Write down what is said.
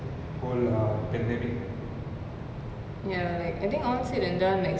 like gotten the situation under control like e~ especially at the beginning of the circuit breaker I think people were like